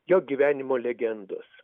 jo gyvenimo legendos